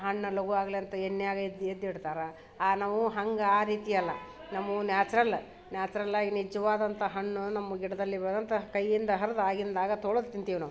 ಹಣ್ಣು ಲಗೂ ಆಗಲಿ ಅಂತ ಎಣ್ಣಿಯಾಗ ಅದ್ದಿ ಅದ್ದಿಡ್ತಾರ ನಾವು ಹಂಗೆ ಆ ರೀತಿಯಲ್ಲ ನಮ್ಮ ನ್ಯಾಚುರಲ ನ್ಯಾಚುರಲ್ ಆಗಿ ನಿಜವಾದಂಥ ಹಣ್ಣು ನಮ್ಮ ಗಿಡದಲ್ಲಿ ಬೆಳೆದಂಥ ಕೈಯಿಂದ ಹರ್ದು ಆಗಿನದ್ದಾಗ ತೊಳ್ದು ತಿಂತೀವಿ ನಾವು